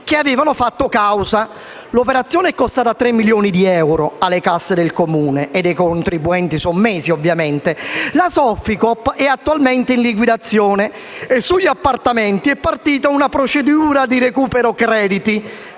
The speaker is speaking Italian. che avevano fatto causa; l'operazione è costata tre milioni di euro alle casse del Comune (e dei contribuenti sommersi, ovviamente). La Soficoop è attualmente in liquidazione e sugli appartamenti è partita una procedura di recupero crediti